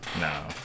No